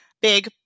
big